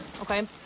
Okay